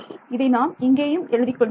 இதை நாம் இங்கேயும் எழுதிக் கொள்கிறேன்